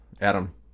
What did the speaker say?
Adam